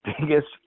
biggest